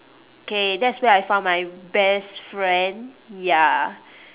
okay that's where I found my best friend ya